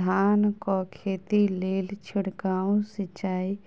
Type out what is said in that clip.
धान कऽ खेती लेल छिड़काव सिंचाई